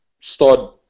start